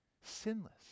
sinless